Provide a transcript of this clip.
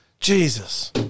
Jesus